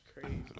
crazy